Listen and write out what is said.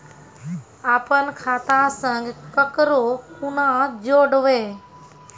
अपन खाता संग ककरो कूना जोडवै?